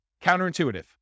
Counterintuitive